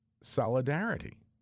solidarity